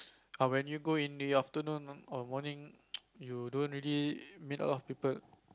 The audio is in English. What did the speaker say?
when you go in the afternoon or morning you don't really meet a lot of people